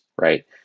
right